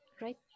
Right